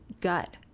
gut